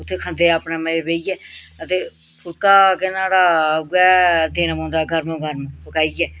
उत्थें खन्दे अपने मज़े बेहियै आ ते फुलका केह न्हाड़ा उ'यै देना पौंदा गरमो गरम पकाइयै